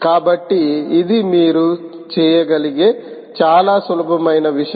కాబట్టి ఇది మీరు చేయగలిగే చాలా సులభమైన విషయం